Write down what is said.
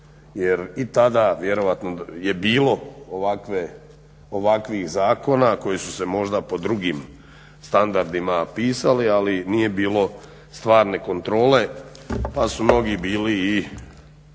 jer i tada vjerojatno je bilo ovakvih zakona koji su se možda po drugim standardima pisali ali nije bilo stvarne kontrole pa su mnogi bili i